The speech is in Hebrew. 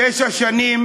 תשע שנים.